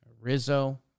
Rizzo